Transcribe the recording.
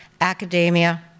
academia